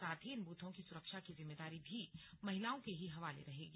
साथ ही इन बूथों की सुरक्षा की जिम्मेदारी भी महिलाओं के ही हवाले रहेगी